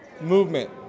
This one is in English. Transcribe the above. Movement